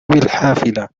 بالحافلة